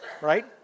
right